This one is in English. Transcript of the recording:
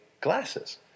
glasses